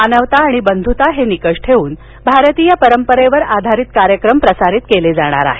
मानवता आणि बंधुता हे निकष ठेऊन भारतीय परंपरेवर आधारित कार्यक्रम प्रसारित केले जातील